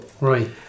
Right